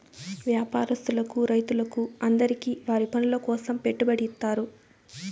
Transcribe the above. వ్యాపారస్తులకు రైతులకు అందరికీ వారి పనుల కోసం పెట్టుబడి ఇత్తారు